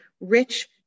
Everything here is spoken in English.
rich